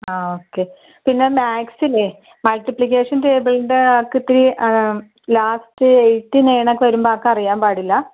ആ ഓക്കെ പിന്നെ മാത്സില്ലേ മൾട്ടിപ്ലിക്കേഷൻ ടേബിളിൻ്റെ ആൾക്ക് തീ ലാസ്റ്റ് എയിറ്റി നയനൊക്കെ വരുമ്പോൾ അവക്കറിയാൻ പാടില്ല